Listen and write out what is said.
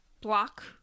block